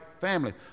family